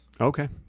Okay